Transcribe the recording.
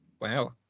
wow